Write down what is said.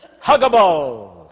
Huggable